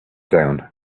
down